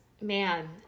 man